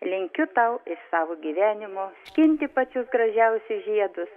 linkiu tau iš savo gyvenimo skinti pačius gražiausius žiedus